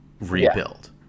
rebuild